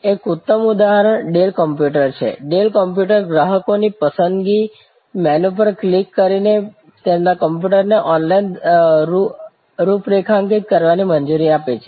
એક ઉત્તમ ઉદાહરણ ડેલ કોમ્પ્યુટર છે ડેલ કોમ્પ્યુટર ગ્રાહકોને પસંદગી મેનુ પર ક્લિક કરીને તેમના કોમ્પ્યુટરને ઓનલાઈન રૂપરેખાંકિત કરવાની મંજૂરી આપે છે